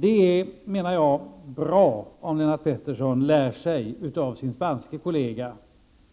Det är, menar jag, bra om Lennart Pettersson lär sig av sin spanske kollega